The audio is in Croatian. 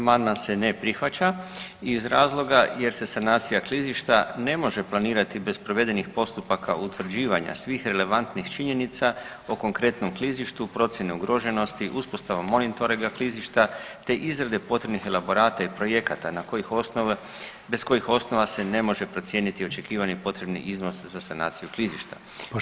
Amandman se ne prihvaća iz razloga jer se sanacija klizišta ne može planirati bez provedenih postupaka utvrđivanja svih relevantnih činjenica o konkretnom klizištu, procjeni ugroženosti, uspostavom monitoringa klizišta te izrade potrebnih elaborata i projekata bez kojih osnova se ne može procijeniti očekivani potrebni iznos za sanaciju klizišta.